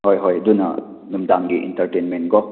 ꯍꯣꯏ ꯍꯣꯏ ꯑꯗꯨꯅ ꯅꯨꯃꯤꯗꯥꯡꯒꯤ ꯏꯟꯇꯔꯇꯦꯟꯃꯦꯟꯀꯣ